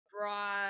bra